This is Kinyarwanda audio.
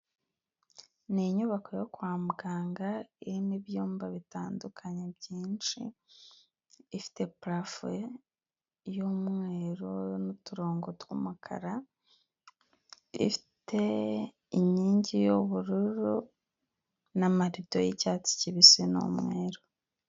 Ni inyubako yo kwa muganga irimo ibyumba bitandukanye byinshi ifite purafo y'umweru n'uturongo tw'umukara, ifite inkingi y'ubururu n'amarido y'icyatsi kibisi n'umweru.